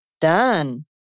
Done